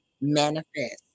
manifest